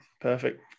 perfect